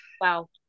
Wow